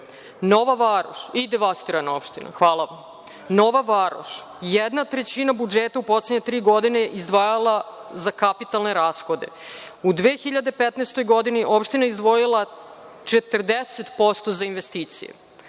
svaka čast, i devastirana opština, hvala vam. Nova Varoš jednu trećina budžeta u poslednje tri godine izdvajala za kapitalne rashode, u 2015. godini opština izdvojila 40% za investicije,